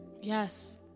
Yes